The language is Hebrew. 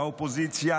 האופוזיציה,